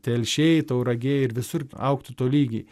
telšiai tauragė ir visur augtų tolygiai